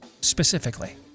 specifically